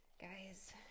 Guys